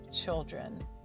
children